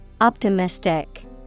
Optimistic